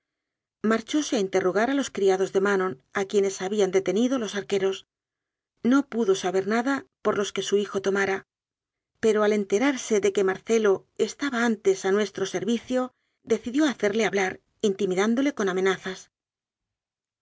marchóse a interrogar a los criados de manon a quienes habían detenido los arqueros no pudo saber nada por los que su hijo tomara pero al enterarse de que marcelo estaba antes a nuestro servicio de cidió hacerle hablar intimidándole con amenazas